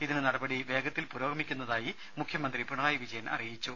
ഇതിന് നടപടി വേഗത്തിൽ പുരോഗമിക്കുന്നതായി മുഖ്യമന്ത്രി പിണറായി വിജയൻ അറിയിച്ചു